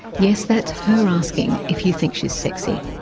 yes, that's her asking if you think she's sexy.